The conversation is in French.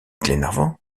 glenarvan